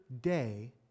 day